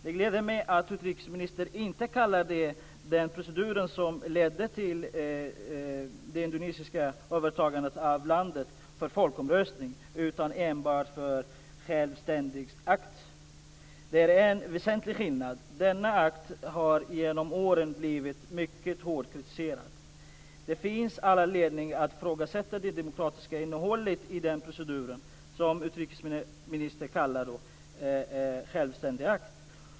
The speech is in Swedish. Det gläder mig att utrikesministern inte kallar den procedur som ledde till det indonesiska övertagandet av landet för folkomröstning utan enbart för självbestämmandeakt. Det är en väsentlig skillnad. Denna akt har genom åren blivit mycket hårt kritiserad. Det finns all anledning att ifrågasätta det demokratiska innehållet i den procedur som utrikesministern kallar självbestämmandeakt.